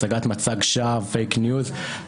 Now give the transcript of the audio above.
הצגת מצג שווא "פייק ניוז".